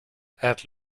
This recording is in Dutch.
het